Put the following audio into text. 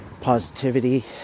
positivity